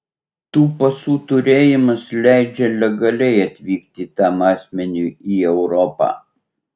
tų pasų turėjimas leidžia legaliai atvykti tam asmeniui į europą